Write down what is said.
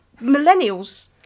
millennials